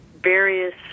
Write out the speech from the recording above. various